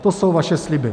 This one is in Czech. To jsou vaše sliby.